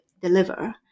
deliver